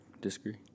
Disagree